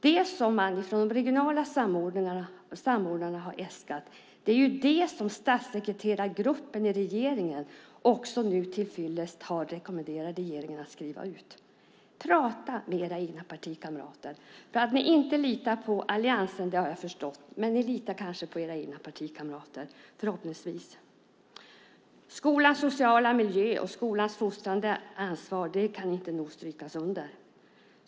Det som man från de regionala samordnarna har äskat är ju det som statssekreterargruppen i regeringen nu också har rekommenderat regeringen att skriva ut. Prata med era egna partikamrater! Att ni inte litar på alliansen har jag förstått. Men ni litar förhoppningsvis på era egna partikamrater. Skolans sociala miljö och skolans fostrande ansvar kan inte nog strykas under.